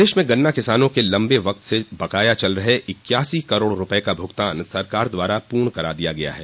प्रदेश में गन्ना किसानों के लम्बे वक्त से बकाया चल रह इक्यासी करोड़ रूपये का भुगतान सरकार द्वारा पूर्ण करा दिया गया है